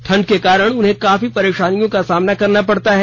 ठंड के कारण उन्हें काफी परेशानियों का सामना करना पड़ता है